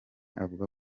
avuga